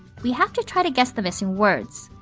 we have to try to guess the missing words.